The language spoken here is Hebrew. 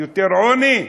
יותר עוני,